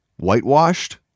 whitewashed